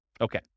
Okay